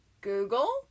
Google